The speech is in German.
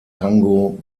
tango